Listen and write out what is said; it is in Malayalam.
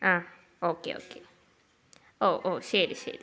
ആ ഓക്കെ ഓക്കെ ഓ ഓ ശരി ശരി